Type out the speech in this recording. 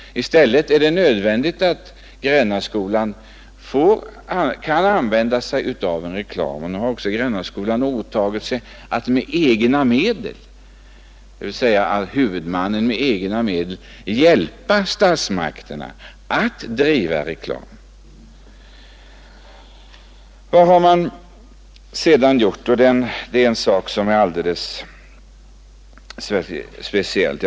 I stället är det nödvändigt att Grännaskolan kan använda sig av en reklam, och nu har också Grännaskolan — dvs. huvudmannen — åtagit sig att med egna medel hjälpa statsmakterna att driva reklam. Vad har man sedan gjort? Ja, det är en sak som är alldeles speciell.